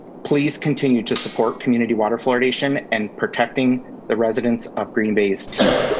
please continue to support community water fluoridation and protecting the residents of green bay's teeth.